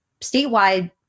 statewide